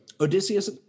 Odysseus